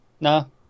no